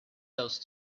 else